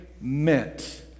Meant